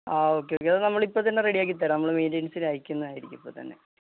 ആ okay okay അതു നമ്മളിപ്പോള്ത്തന്നെ റെഡിയാക്കിത്തരാം നമ്മള് മെയിന്റെനന്സിനയയ്ക്കുന്നതായിരിക്കും ഇപ്പോള്ത്തന്നെ